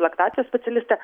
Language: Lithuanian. laktacijos specialistė